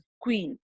queen